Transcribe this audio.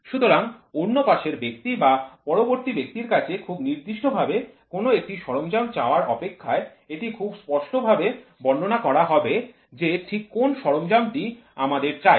সুতরাং অন্যপাশের ব্যক্তি বা পরবর্তী ব্যক্তির কাছে খুব নির্দিষ্টভাবে কোন একটি সরঞ্জাম চাওয়ার অপেক্ষায় এটা খুব স্পষ্টভাবে বর্ণনা করা হবে যে ঠিক কোন সরঞ্জাম টি আমাদের চাই